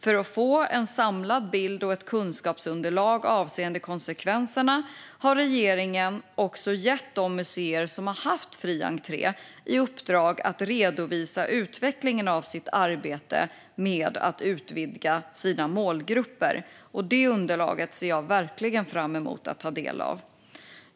För att få en samlad bild och ett kunskapsunderlag avseende konsekvenserna har regeringen också gett de museer som har haft fri entré i uppdrag att redovisa utvecklingen av sitt arbete med att utvidga sina målgrupper. Det underlaget ser jag verkligen fram emot att ta del av.